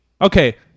Okay